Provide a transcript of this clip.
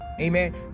amen